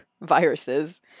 viruses